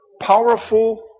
powerful